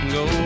go